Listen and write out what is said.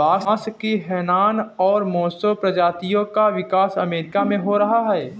बांस की हैनान और मोसो प्रजातियों का विकास अमेरिका में हो रहा है